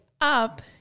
up